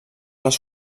les